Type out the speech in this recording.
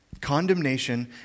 Condemnation